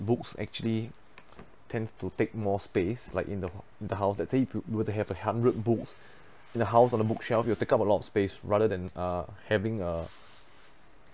books actually tend to take more space like in the h~ the house let say if you were to have a hundred books in the house or the bookshelf it will take up a lot of space rather than uh having a